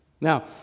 now